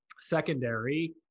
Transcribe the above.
secondary